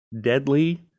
deadly